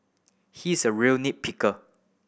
he is a real nit picker